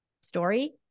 story